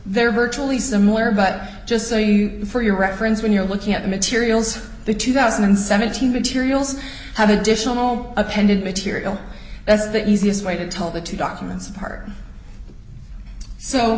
they're virtually similar but just so you for your reference when you're looking at the materials for the two thousand and seventeen materials have additional appended material that's the easiest way to tell the two documents apart so